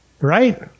Right